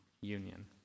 union